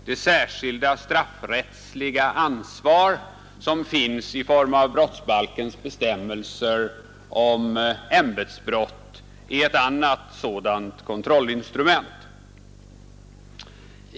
Det särskilda straffrättsliga ansvar som finns i form av brottsbalkens bestämmelser om ämbetsbrott är ett annat sådant kontrollinstrument.